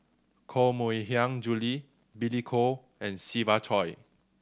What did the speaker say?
Koh Mui Hiang Julie Billy Koh and Siva Choy